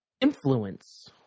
Influence